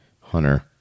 Hunter